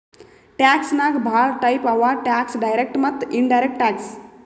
tax ನಾಗ್ ಭಾಳ type ಅವಾ ಟ್ಯಾಕ್ಸ್ ಡೈರೆಕ್ಟ್ ಮತ್ತ ಇನಡೈರೆಕ್ಟ್ ಟ್ಯಾಕ್ಸ್